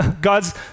God's